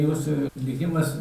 jūsų likimas